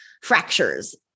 fractures